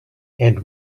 and